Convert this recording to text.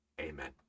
Amen